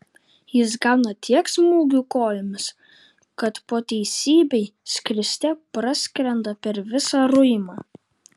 jis gauna tiek smūgių kojomis kad po teisybei skriste praskrenda per visą ruimą